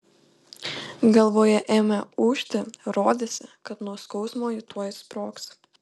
galvoje ėmė ūžti rodėsi kad nuo skausmo ji tuoj sprogs